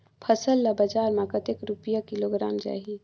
फसल ला बजार मां कतेक रुपिया किलोग्राम जाही?